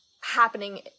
happening